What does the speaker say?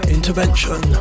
Intervention